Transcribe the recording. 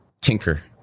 tinker